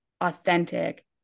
authentic